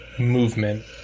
movement